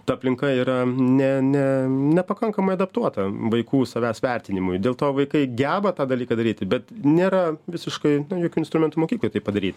ta aplinka yra ne ne nepakankamai adaptuota vaikų savęs vertinimui dėl to vaikai geba tą dalyką daryti bet nėra visiškai jokių instrumentų mokyklai tai padaryti